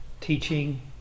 Teaching